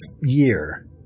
year